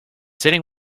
sitting